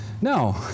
No